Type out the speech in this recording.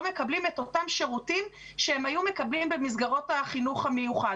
מקבלים את אותם שירותים כמו בחינוך המיוחד.